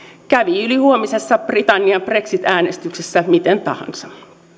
kävi ylihuomisessa britannian brexit äänestyksessä miten tahansa